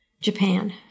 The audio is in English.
Japan